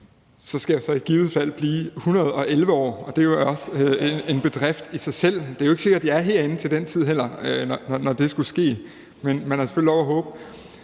Så skal jeg i givet fald blive 111 år, og det er jo også en bedrift i sig selv. Det er ikke sikkert, at jeg er herinde, når den tid indtræffer, men man har selvfølgelig lov at håbe.